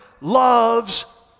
loves